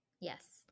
yes